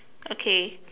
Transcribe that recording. okay